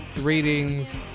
readings